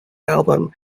album